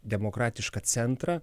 demokratišką centrą